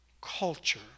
culture